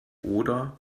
oder